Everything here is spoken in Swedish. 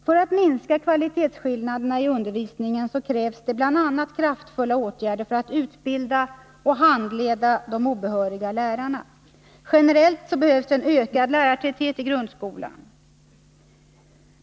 För att minska kvalitetsskillnaderna i undervisningen krävs det bl.a. kraftfulla åtgärder för att utbilda och handleda de obehöriga lärarna. Generellt behövs en ökad lärartäthet i grundskolan.